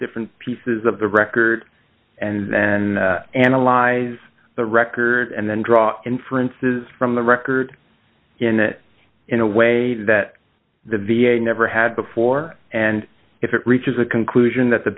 different pieces of the record and then analyze the record and then draw inferences from the record in a way that the v a never had before and if it reaches a conclusion that the